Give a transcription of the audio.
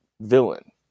villain